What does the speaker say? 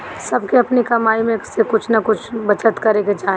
सबके अपनी कमाई में से कुछ नअ कुछ बचत करे के चाही